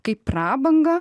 kaip prabanga